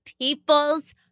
people's